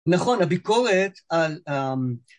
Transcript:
נכון, הביקורת על ה